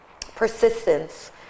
Persistence